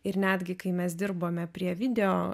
ir netgi kai mes dirbome prie video